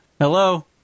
Hello